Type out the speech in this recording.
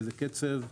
באיזה קצב,